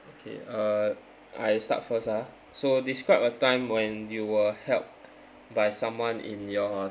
K uh I start first ah so describe a time when you were helped by someone in your